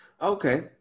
Okay